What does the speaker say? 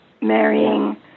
marrying